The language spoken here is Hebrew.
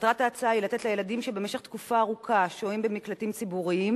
מטרת ההצעה היא לתת לילדים שבמשך תקופה ארוכה שוהים במקלטים ציבוריים,